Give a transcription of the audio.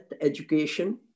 education